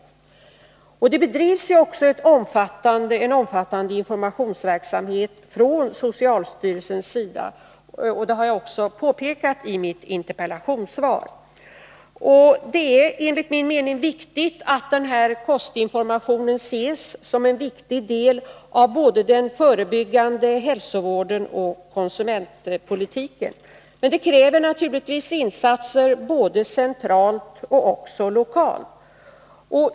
Socialstyrelsen bedriver ju också en omfattande informationsverksamhet, vilket jag påpekat i mitt interpellationssvar. Enligt min mening är det viktigt att kostinformationen ses som en viktig del av både den förebyggande hälsovården och konsumentpolitiken, men det krävs naturligtvis insatser både centralt och lokalt.